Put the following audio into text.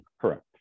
Correct